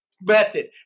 method